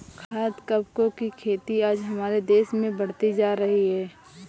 खाद्य कवकों की खेती आज हमारे देश में बढ़ती जा रही है